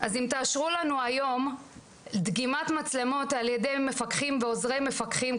אם תאשרו לנו היום דגימת מצלמות על ידי מפקחים ועוזרי מפקחים,